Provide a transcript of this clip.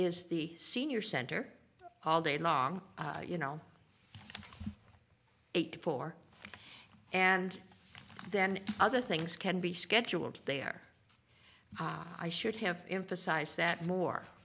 is the senior center all day long you know eight to four and then other things can be scheduled there i should have emphasized that more